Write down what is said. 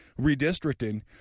redistricting